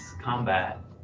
combat